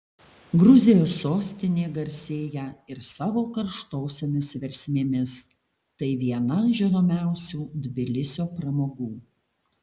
gruzijos sostinė garsėja ir savo karštosiomis versmėmis tai viena žinomiausių tbilisio pramogų